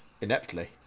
ineptly